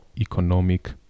economic